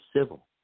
civil